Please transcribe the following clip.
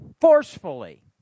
forcefully